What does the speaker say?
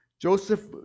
Joseph